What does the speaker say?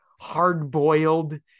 hard-boiled